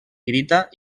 pirita